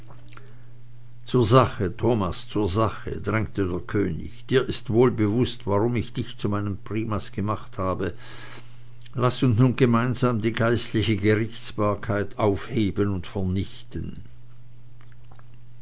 zur sache thomas zur sache drängte der könig dir ist wohl bewußt warum ich dich zu meinem primas gemacht habe laß uns nun gemeinsam die geistliche gerichtsbarkeit aufheben und vernichten